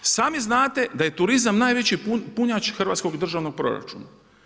I sami znate da je turizam najveći punjač hrvatskog državnog proračuna.